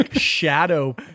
shadow